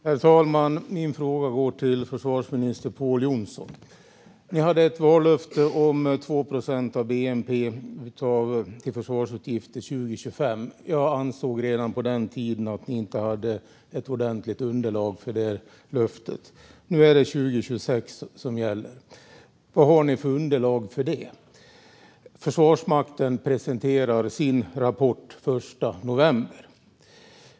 Herr talman! Min fråga går till försvarsminister Pål Jonson. Ni hade ett vallöfte om 2 procent av bnp till försvarsutgifter 2025. Jag ansåg redan på den tiden att ni inte hade ett ordentligt underlag för det löftet. Nu är det 2026 som gäller. Vad har ni för underlag för det? Försvarsmakten presenterar sin rapport den 1 november.